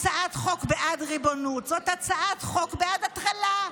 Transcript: חוק בעד ריבונות, זו הצעת חוק בעד הטרלה.